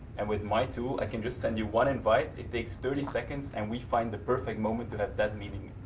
and with my tool, i can just send you one invite, it takes thirty seconds, and we find the perfect moment to have that meeting.